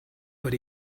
but